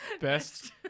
best